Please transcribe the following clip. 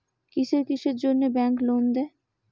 কিসের কিসের জন্যে ব্যাংক লোন দেয়?